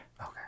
Okay